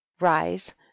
rise